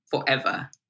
forever